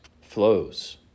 flows